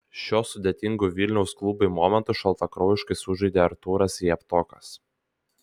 šiuo sudėtingu vilniaus klubui momentu šaltakraujiškai sužaidė artūras javtokas